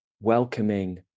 welcoming